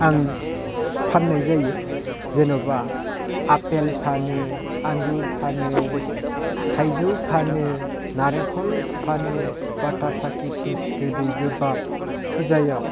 आं फाननाय जायो जेन'बा आफेल फानो आंगुर फानो थाइजौ फानो नारेंखल फानो बाथासा खिसमिस गोदै गोबाब फुजायाव